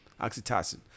Oxytocin